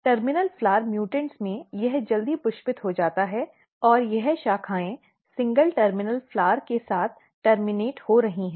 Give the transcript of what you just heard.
terminal flower mutant में यह जल्दी पुष्पित हो जाता है और यह शाखाएं सिंगल टर्मिनल फूल के साथ टर्मनेटिड हो रही है